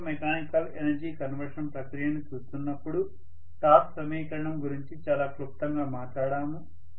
electro mechanical energy conversion ప్రక్రియను చూస్తున్నప్పుడు torque సమీకరణం గురించి చాలా క్లుప్తంగా మాట్లాడాము